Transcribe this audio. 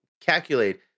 calculate